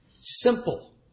Simple